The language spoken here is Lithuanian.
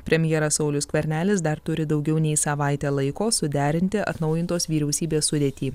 premjeras saulius skvernelis dar turi daugiau nei savaitę laiko suderinti atnaujintos vyriausybės sudėtį